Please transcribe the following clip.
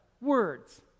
words